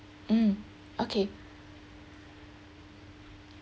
mm okay